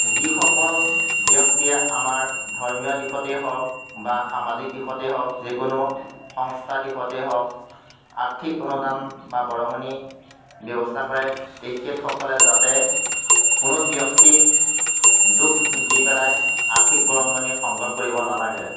যিসকল ব্যক্তিয়ে আমাৰ ধৰ্মীয় দিশতেই হওক বা সামাজিক দিশতেই হওক যিকোনো সংস্থাৰ দিশতেই হওক আৰ্থিক অনুদান বা বৰঙণিৰ ব্যৱস্থা কৰে তেখেতসকলে যাতে কোনো ব্যক্তিক দুখ দি পেলাই আৰ্থিক বৰঙণি সংগ্ৰহ কৰিব নালাগে